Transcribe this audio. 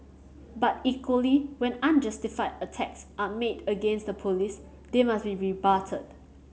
but equally when unjustified attacks are made against the Police they must be rebutted